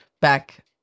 back